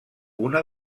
una